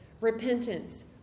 Repentance